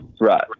Right